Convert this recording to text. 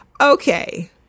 Okay